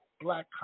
Black